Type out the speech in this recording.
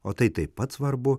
o tai taip pat svarbu